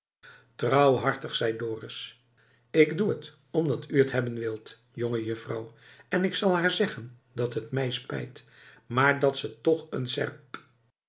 trouwhartig zei dorus k doe het omdat u het hebben wilt jongejuffrouw en ik zal haar zeggen dat t mij spijt maar dat ze toch een serp